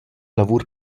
lavur